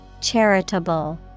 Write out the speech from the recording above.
Charitable